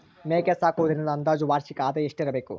ಮೇಕೆ ಸಾಕುವುದರಿಂದ ಅಂದಾಜು ವಾರ್ಷಿಕ ಆದಾಯ ಎಷ್ಟಿರಬಹುದು?